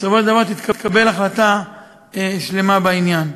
בסופו של דבר תתקבל החלטה שלמה בעניין.